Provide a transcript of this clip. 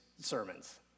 sermons